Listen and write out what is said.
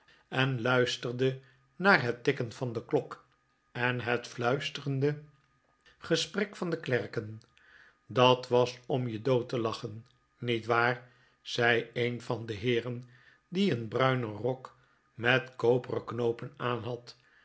en iuisterde haar het tikken van de klok en het fluisterende gesprek van de klerken dat was om je dood te lachen niet waar zei een van de heeren die een bruinen rok met koperen knoopen aanhad